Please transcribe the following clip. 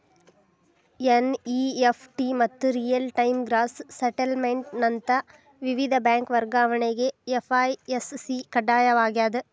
NEFT ಮತ್ತ real time gross settlement ನಂತ ವಿವಿಧ ಬ್ಯಾಂಕ್ ವರ್ಗಾವಣೆಗೆ ಐ.ಎಫ್.ಎಸ್.ಸಿ ಕಡ್ಡಾಯವಾಗ್ಯದ